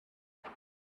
again